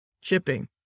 chipping